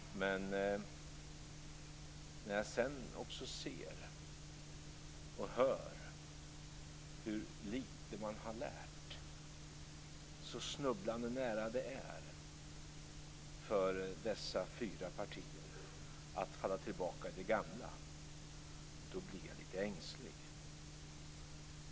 Men när jag hör hur lite som man har lärt och hur snubblande nära det är för dessa fyra partier att falla tillbaka till det gamla, då blir jag lite ängslig.